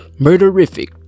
Murderific